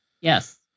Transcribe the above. Yes